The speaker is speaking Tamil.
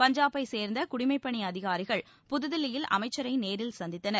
பஞ்சாபை சேர்ந்த குடிமைப்பணி அதிகாரிகள் புதுதில்லியில் அமைச்சரை நேரில் சந்தித்தனர்